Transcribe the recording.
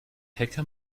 hacker